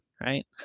right